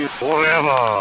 forever